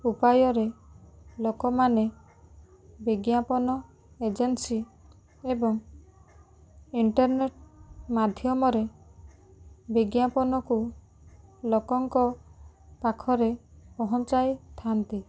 ଉପାୟରେ ଲୋକମାନେ ବିଜ୍ଞାପନ ଏଜେନ୍ସି ଏବଂ ଇଣ୍ଟରନେଟ୍ ମାଧ୍ୟମରେ ବିଜ୍ଞାପନକୁ ଲୋକଙ୍କ ପାଖରେ ପହଞ୍ଚାଇଥାନ୍ତି